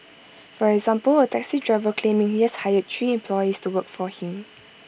for example A taxi driver claiming he has hired three employees to work for him